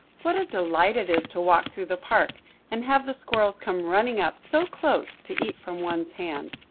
what a delight it is to walk through the park and have the squirrels come running up so close, to eat from one's hand!